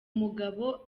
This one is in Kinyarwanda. mugabo